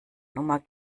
nummer